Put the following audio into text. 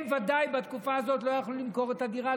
הם, ודאי, בתקופה הזאת לא יכלו למכור את הדירה.